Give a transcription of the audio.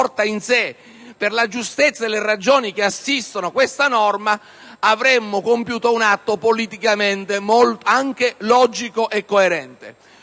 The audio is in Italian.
essa porta in sé e per la giustezza delle ragioni che la assistono, avremmo compiuto un atto politicamente anche logico e coerente.